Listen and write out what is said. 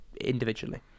individually